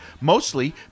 mostly